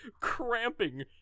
cramping